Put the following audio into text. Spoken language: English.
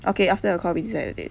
okay after the call we decide the date